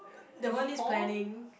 that one needs planning